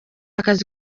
akazi